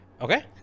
Okay